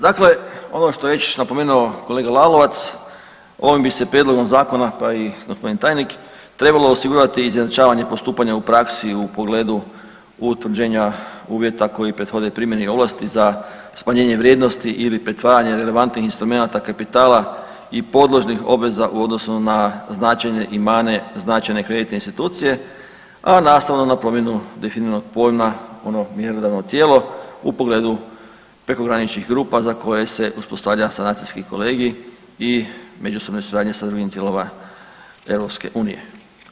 Dakle, ono što je već napomenuo kolega Lalovac ovim bi se prijedlogom zakona pa i gospodin tajnik trebalo osigurati izjednačavanje postupanja u praksi u pogledu utvrđenja uvjeta koji prethode primjeni ovlasti za smanjenje vrijednosti ili pretvaranje relevantnih instrumenata kapitala i podložnih obveza u odnosu na značenje i mane značajne kreditne institucije a nastavno na promjenu definiranog pojma, ono mjerodavno tijelo u pogledu prekograničnih grupa za koje se uspostavlja sanacijski kolegij i međusobne suradnje samih dijelova EU-a.